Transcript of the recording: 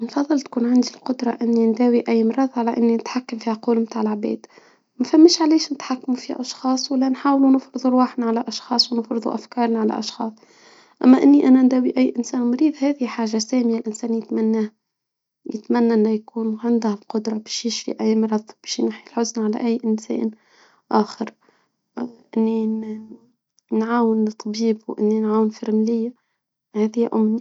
نفضل تكون عندي قدرة اني نداوي اي مرض على اني نتحكم في عقول تاع العباد. ما فماش علاش نتحكمو في اشخاص ولا نحاولو نفرضو رواحنا على اشخاص ونفرضو افكارنا على اشخاص. اما اني انا نداوي اي انسان مريض هادي حاجة ثانية انسان يتمناه. يتمنى انه يكون عنده قدرة بشي شي اي مرض بشي يمحي الحزن على اي انسان اخر. نعاون الطبيب اي نعاون في المريض هادي هي امنية